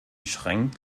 schränkt